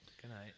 goodnight